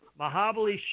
Mahabali